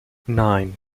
nine